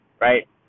right